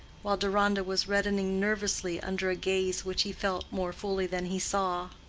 while deronda was reddening nervously under a gaze which he felt more fully than he saw.